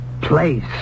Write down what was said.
place